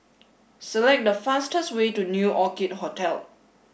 select the fastest way to New Orchid Hotel